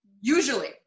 Usually